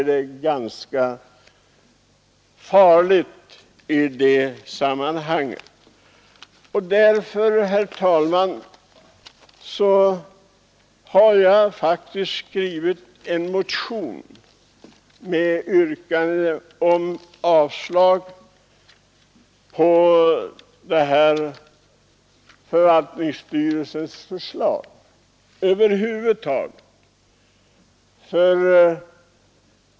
Därför har jag faktiskt skrivit en motion med yrkande om avslag på förvaltningsstyrelsens förslag över huvud taget.